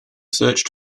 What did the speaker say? searched